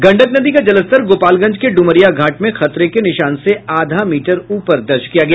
गंडक नदी का जलस्तर गोपालगंज के डुमरिया घाट में खतरे के निशान से आधा मीटर ऊपर दर्ज किया गया